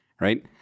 Right